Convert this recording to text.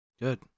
Good